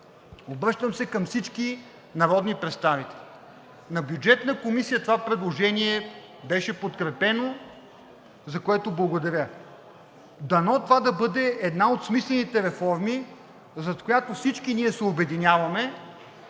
обръщам се към всички народни представители – в Бюджетната комисия това предложение беше подкрепено, за което благодаря: дано това да бъде една от смислените реформи, зад която всички ние се обединяваме